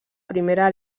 primera